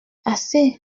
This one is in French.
assez